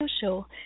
show